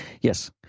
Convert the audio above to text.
yes